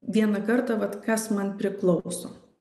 vieną kartą vat kas man priklauso